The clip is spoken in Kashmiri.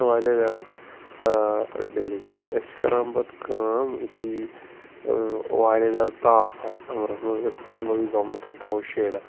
واریاہ زیادٕ ڈیٚلِکیٹ أسۍ چھِ کَران پَتہٕ کٲم یُتھُے واریاہ زیادٕ تاپھ آسہِ سَمرَس منٛز أسۍ تُلو یہِ گملہٕ تھوٚد تھاوَو شیڈَس